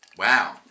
Wow